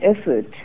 effort